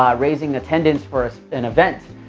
um raising attendance for an event,